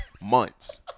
months